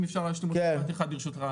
משפט אחד אחרון ברשותך,